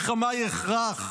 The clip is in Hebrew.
מלחמה היא הכרח,